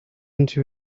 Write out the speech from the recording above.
into